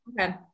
Okay